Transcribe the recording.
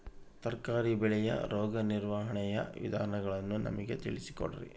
ತರಕಾರಿ ಬೆಳೆಯ ರೋಗ ನಿರ್ವಹಣೆಯ ವಿಧಾನಗಳನ್ನು ನಮಗೆ ತಿಳಿಸಿ ಕೊಡ್ರಿ?